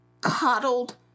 coddled